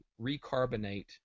recarbonate